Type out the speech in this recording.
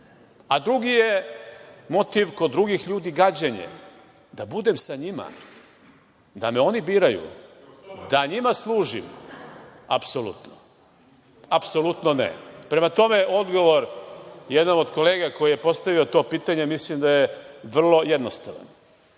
A drugi je motiv kod drugih ljudi, gađanje - da budem sa njima, da me oni biraju, da njima služim, apsolutno. Apsolutno, ne. Prema tome, odgovor, jedan od kolega koji je postavio to pitanje, mislim da je vrlo jednostavan.